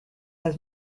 las